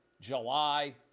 July